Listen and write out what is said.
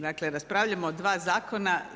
Dakle, raspravljamo o dva zakona.